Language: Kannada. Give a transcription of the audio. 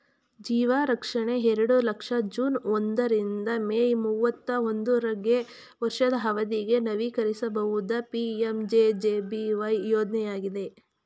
ಜೀವರಕ್ಷಣೆ ಎರಡು ಲಕ್ಷ ಜೂನ್ ಒಂದ ರಿಂದ ಮೇ ಮೂವತ್ತಾ ಒಂದುಗೆ ವರ್ಷದ ಅವಧಿಗೆ ನವೀಕರಿಸಬಹುದು ಪಿ.ಎಂ.ಜೆ.ಜೆ.ಬಿ.ವೈ ಯೋಜ್ನಯಾಗಿದೆ